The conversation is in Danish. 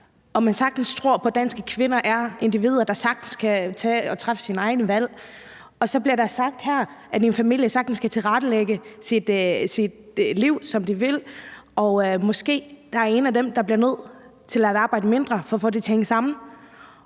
og at man tror på, at danske kvinder er individer, der sagtens kan træffe deres egne valg, og så bliver der sagt her, at en familie sagtens kan tilrettelægge sit liv, som den vil. Måske er jeg en af dem, der bliver nødt til at arbejde mindre for at få det til at hænge sammen,